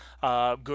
Good